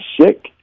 sick